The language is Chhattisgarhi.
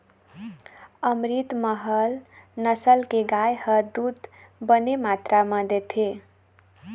अमरितमहल नसल के गाय ह दूद बने मातरा म देथे